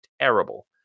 terrible